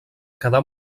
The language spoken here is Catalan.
quedar